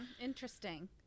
Interesting